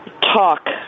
talk